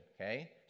okay